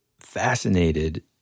fascinated